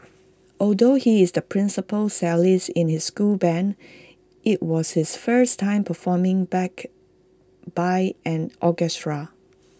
although he is the principal cellist in his school Band IT was his first time performing backed by an orchestra